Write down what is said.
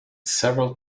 several